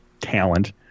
talent